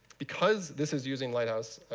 because this is using lighthouse,